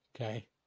Okay